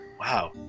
Wow